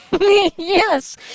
Yes